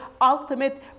ultimate